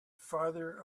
farther